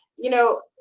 you know,